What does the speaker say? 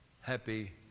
happy